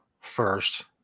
first